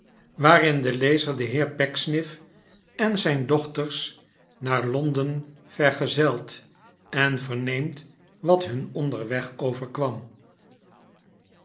waarin de lezer den heer pecksniff en zijn dochters naar londen vergezelt en verneemt wat hnn onderweg overkwam